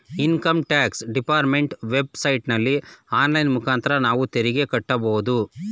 income tax department web ಸೈಟಲ್ಲಿ online ಮುಖಾಂತರ ನಾವು ತೆರಿಗೆ ಕಟ್ಟಬೋದು